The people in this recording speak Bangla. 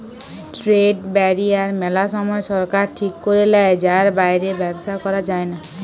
ট্রেড ব্যারিয়ার মেলা সময় সরকার ঠিক করে লেয় যার বাইরে ব্যবসা করা যায়না